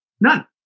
None